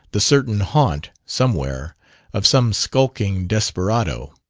the certain haunt somewhere of some skulking desperado.